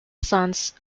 sons